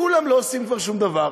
כולם לא עושים כבר שום דבר.